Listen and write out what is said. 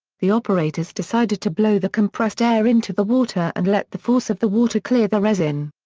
the operators decided to blow the compressed air into the water and let the force of the water clear the resin.